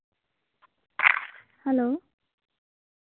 hello